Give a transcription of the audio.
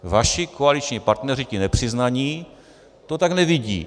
Vaši koaliční partneři, ti nepřiznaní, to tak nevidí.